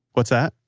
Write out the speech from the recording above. what's that?